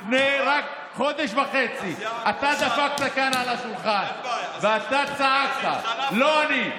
רק לפני חודש וחצי אתה דפקת כאן על השולחן ואתה צעקת: לא אני.